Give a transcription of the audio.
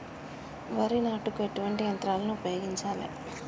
వరి నాటుకు ఎటువంటి యంత్రాలను ఉపయోగించాలే?